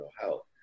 health